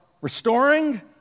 restoring